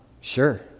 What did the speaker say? Sure